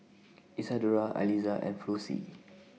Isadora Aliza and Flossie